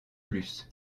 plus